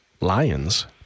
Lions